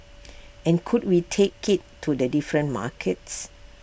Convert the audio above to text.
and could we take IT to the different markets